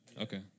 Okay